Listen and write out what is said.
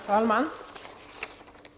Herr talman!